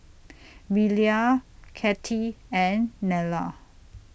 Belia Cathy and Nella